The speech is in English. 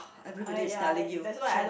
everybody is telling you so